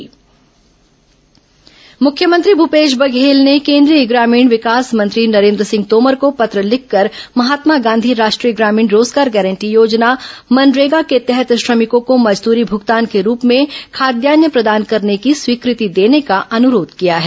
corona मुख्यमंत्री केंद्रीय मंत्री पत्र मुख्यमंत्री भूपेश बघेल ने केंद्रीय ग्रामीण विकास मंत्री नरेन्द्र सिंह तोमर को पत्र लिखकर महात्मा गांधी राष्ट्रीय ग्रामीण रोजगार गारंटी योजना मनरेगा के तहत श्रमिकों को मजदूरी भूगतान के रूप में खाद्यान्न प्रदान करने की स्वीकृति देने का अनुरोध किया है